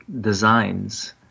designs